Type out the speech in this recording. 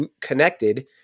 connected